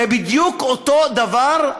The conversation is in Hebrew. זה בדיוק אותו דבר,